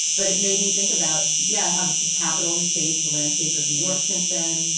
but it made me think about, yeah. how the capital has changed the landscape of new york since then,